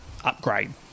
upgrade